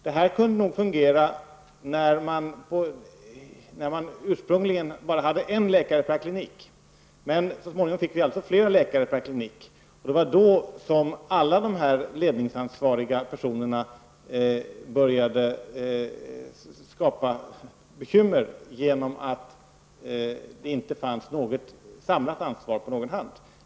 Det kunde nog fungera från början när man bara hade en läkare per klinik, men så småningom fick vi alltså flera läkare per klinik, och det var då som alla de ledningsansvariga personerna började skapa bekymmer, eftersom det inte fanns något samlat ansvar.